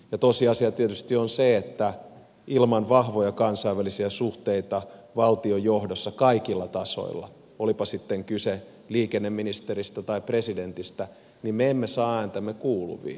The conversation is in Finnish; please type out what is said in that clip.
ja tosiasia tietysti on se että ilman vahvoja kansainvälisiä suhteita valtionjohdossa kaikilla tasoilla olipa sitten kyse liikenneministeristä tai presidentistä me emme saa ääntämme kuuluviin